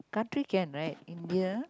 country can right India